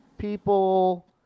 people